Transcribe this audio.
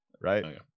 right